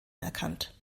erkannt